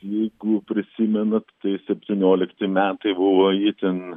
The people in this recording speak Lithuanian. jeigu prisimenat tai septyniolikti metai buvo itin